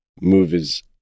movies